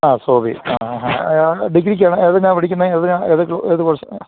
ആ സോബി ആ ഡിഗ്രികെ ഏതാണ് ഏതിനാണ് പഠിക്കുന്നത് ഏതിനാണ് ഏത് ജോലി ഏത് കോഴ്സിന്